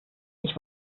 ich